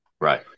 Right